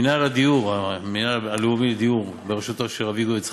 המינהל הלאומי לדיור, בראשותו של אביגדור יצחקי,